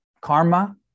karma